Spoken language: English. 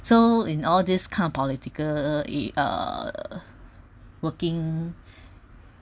so in all these kind of political it uh working